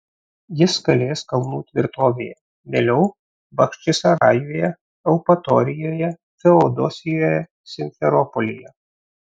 jis kalės kalnų tvirtovėje vėliau bachčisarajuje eupatorijoje feodosijoje simferopolyje